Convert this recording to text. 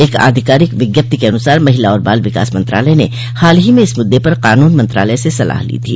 एक आधिकारिक विज्ञप्ति के अन्सार महिला और बाल विकास मंत्रालय ने हाल ही में इस मुद्दे पर कानून मंत्रालय से सलाह ली थी